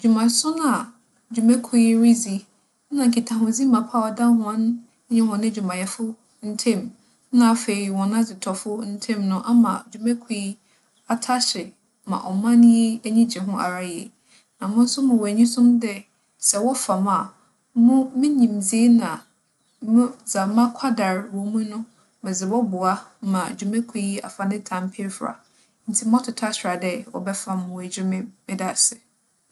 Dwumason a dwumakuw yi ridzi na nkitahodzi mapa a ͻda hͻn nye hͻn edwumayɛfo ntamu nna afei hͻn adzetͻfo ntamu no ama dwumakuw yi atahye ma ͻman yi enyi gye ho ara yie. Na mo so mowͻ enyisom dɛ sɛ wͻfa me a mo - me nyimdzee na mo - dza makwadar wͻ mu no, medze bͻboa ma dwumakuw yi afa ne tampa efura ntsi mͻtotͻ asera dɛ wͻbɛfa me edwuma mu.